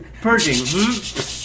Purging